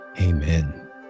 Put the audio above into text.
Amen